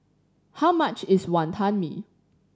how much is Wonton Mee